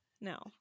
No